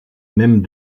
même